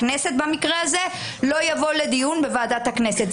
הכנסת במקרה הזה, לא יבואו לדיון בוועדת הכנסת.